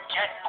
Get